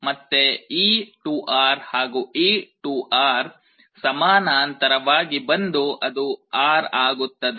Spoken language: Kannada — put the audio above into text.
ಮತ್ತೆ ಈ 2R ಹಾಗೂ ಈ 2R ಸಮಾನಾಂತರವಾಗಿ ಬಂದು ಅದು R ಆಗುತ್ತದೆ